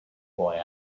boy